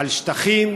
על שטחים,